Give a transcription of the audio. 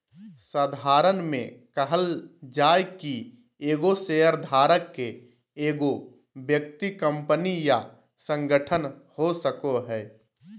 साधारण में कहल जाय कि एगो शेयरधारक के एगो व्यक्ति कंपनी या संगठन हो सको हइ